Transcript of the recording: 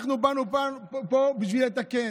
אנחנו באנו לפה בשביל לתקן.